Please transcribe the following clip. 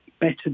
better